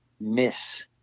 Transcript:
miss